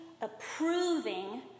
approving